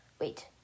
Wait